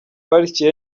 parike